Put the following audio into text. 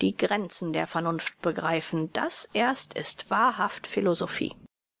die grenzen der vernunft begreifen das erst ist wahrhaft philosophie